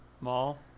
mall